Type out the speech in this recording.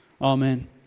Amen